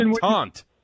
Taunt